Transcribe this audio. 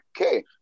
okay